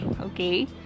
Okay